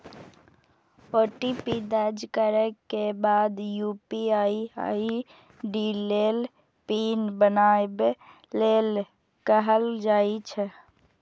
OTP दर्ज करै के बाद यू.पी.आई आई.डी लेल पिन बनाबै लेल कहल जाइ छै